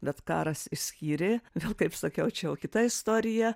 bet karas išskyrė vėl kaip sakiau čia jau kita istorija